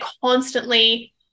constantly